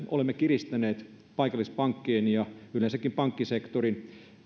olemme kiristäneet paikallispankkien ja yleensäkin pankkisektorin